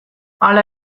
hala